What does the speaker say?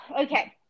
okay